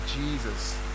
Jesus